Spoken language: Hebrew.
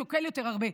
הוא שוקל הרבה יותר.